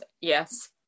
yes